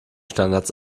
standards